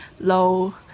low